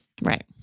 Right